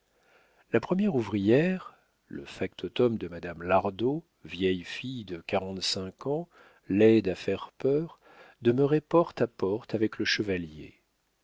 la première ouvrière le factotum de madame lardot vieille fille de quarante-cinq ans laide à faire peur demeurait porte à porte avec le chevalier